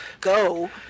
go